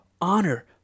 honor